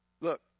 Look